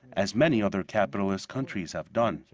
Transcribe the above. as many other capitalist countries have done.